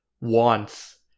wants